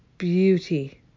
beauty